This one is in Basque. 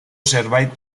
zerbait